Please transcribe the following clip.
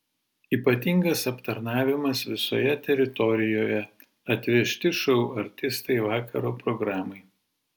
ypatingas aptarnavimas visoje teritorijoje atvežti šou artistai vakaro programai